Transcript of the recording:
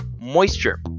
moisture